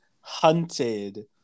hunted